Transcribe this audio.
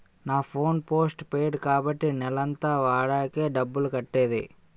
నా phone postpaid కాబట్టి నెలంతా వాడాకే డబ్బులు కట్టేది